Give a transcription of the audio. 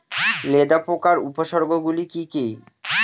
লেদা পোকার উপসর্গগুলি কি কি?